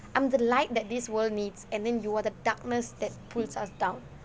I'm the light that this world needs and then you are the darkness that puts us down